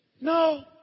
No